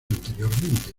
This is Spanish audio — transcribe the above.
anteriormente